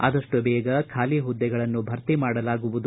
ಆದಷ್ಟು ಬೇಗ ಖಾಲಿ ಹುದ್ದೆಗಳನ್ನು ಭರ್ತಿ ಮಾಡಲಾಗುವುದು